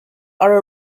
are